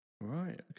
Right